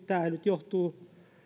tämä